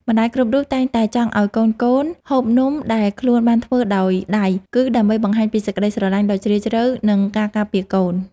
ម្ដាយគ្រប់រូបតែងតែចង់ឱ្យកូនៗហូបនំដែលខ្លួនបានធ្វើដោយដៃ គឺ ដើម្បីបង្ហាញពីសេចក្ដីស្រឡាញ់ដ៏ជ្រាលជ្រៅនិងការការពារកូន។